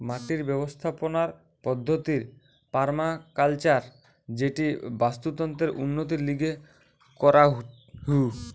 মাটির ব্যবস্থাপনার পদ্ধতির পার্মাকালচার যেটি বাস্তুতন্ত্রের উন্নতির লিগে করাঢু